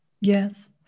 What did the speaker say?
Yes